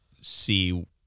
see